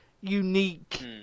unique